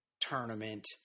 Tournament